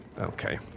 Okay